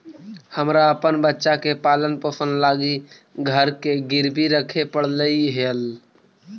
हमरा अपन बच्चा के पालन पोषण लागी घर के गिरवी रखे पड़लई हल